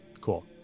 Cool